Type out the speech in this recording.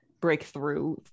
breakthrough